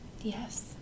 Yes